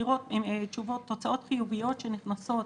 תוצאות חיוביות שנכנסות